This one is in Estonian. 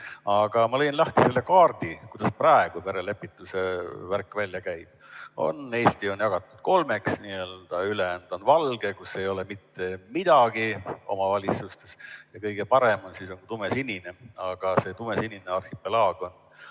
Aga ma lõin lahti selle kaardi, kuidas praegu perelepituse värk välja näeb. Eesti on jagatud kolmeks, ülejäänud on valge, kus ei ole mitte midagi omavalitsustes, ja kõige parem on tumesinine, aga see tumesinine arhipelaag